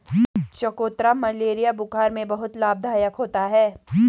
चकोतरा मलेरिया बुखार में बहुत लाभदायक होता है